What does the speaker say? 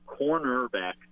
cornerback